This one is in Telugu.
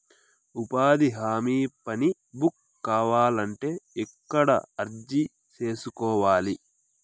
ఉపాధి హామీ పని బుక్ కావాలంటే ఎక్కడ అర్జీ సేసుకోవాలి?